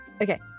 Okay